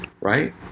right